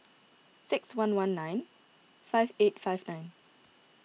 six one one nine five eight five nine